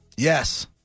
Yes